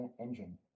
engine